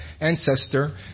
ancestor